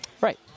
Right